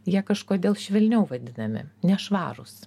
jie kažkodėl švelniau vadinami nešvarūs